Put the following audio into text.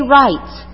rights